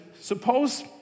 suppose